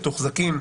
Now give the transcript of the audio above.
מתוחזקים,